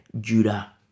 Judah